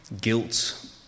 guilt